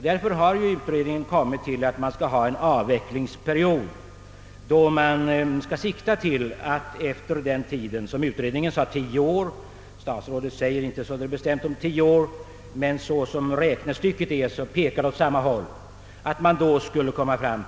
Därför har utredningen föreslagit en avvecklingsperiod, varefter — utredningen sade tio år — det hela skulle kunna vara självbärande, Statsrådet sade inte bestämt tio år men hans uttalanden pekar åt samma håll.